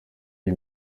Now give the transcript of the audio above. iyi